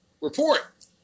Report